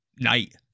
night